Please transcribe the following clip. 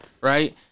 right